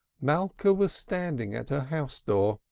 malka was standing at her house-door.